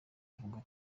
avuga